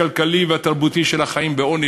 הכלכלי והתרבותי של החיים בעוני,